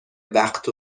وقت